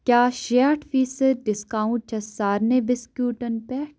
کیٛاہ شیٹھ فی سد ڈسکاونٹ چھا سارنٕے بِسکوٗٹن پٮ۪ٹھ